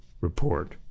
report